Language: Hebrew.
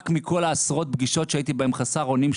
רק מכל עשרות הפגישות שהייתי בהן חסר אונים,